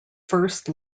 first